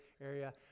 area